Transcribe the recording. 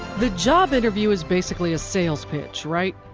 the job interview is basically a sales pitch, right?